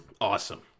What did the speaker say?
Awesome